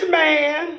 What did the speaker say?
man